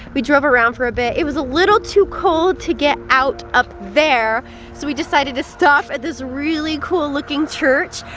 we drove around for a bit, it was a little too cold to get out up there so we decided to stop at this really cool looking church.